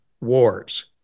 wars